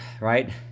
right